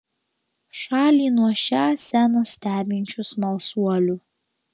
šalį nuo šią sceną stebinčių smalsuolių